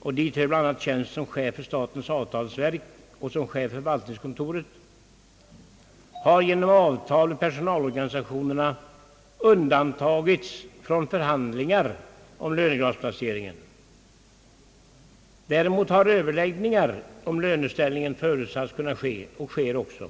och dit hör bl.a. tjänsten som chef för statens avtalsverk och tjänsten som förvaltningskontorets chef — har genom avtal med personalorganisationerna undantagits från förhandlingar om lönegradsplaceringen. Däremot har överläggningar om löneställningen förutsatts kunna ske och sker också.